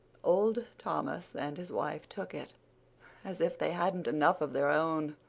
old thomas and his wife took it as if they hadn't enough of their own.